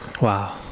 Wow